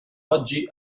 oggi